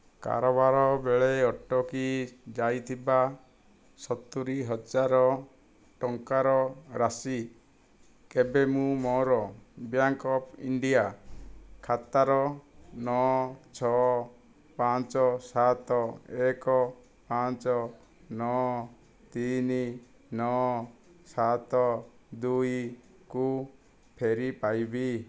କାରବାର ବେଳେ ଅଟକି ଯାଇଥିବା ସତୁରୀ ହଜାର ଟଙ୍କାର ରାଶି କେବେ ମୁଁ ମୋର ବ୍ୟାଙ୍କ୍ ଅଫ୍ ଇଣ୍ଡିଆ ଖାତାର ନଅ ଛଅ ପାଞ୍ଚ ସାତ ଏକ ପାଞ୍ଚ ନଅ ତିନି ନଅ ସାତ ଦୁଇ କୁ ଫେରି ପାଇବି